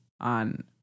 on